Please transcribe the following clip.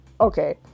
okay